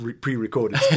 pre-recorded